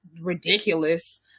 ridiculous